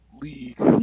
league